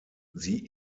sie